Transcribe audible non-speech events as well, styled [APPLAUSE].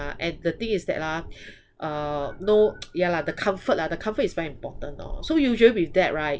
ah and the thing is that ah uh no [NOISE] ya lah the comfort lah the comfort is very important lor so usually with that right